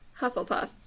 Hufflepuff